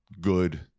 good